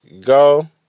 go